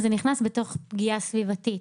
זה נכנס בתוך פגיעה סביבתית.